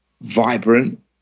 vibrant